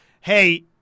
hey